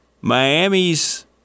Miami's